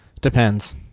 depends